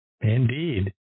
indeed